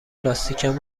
لاستیکم